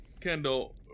Kendall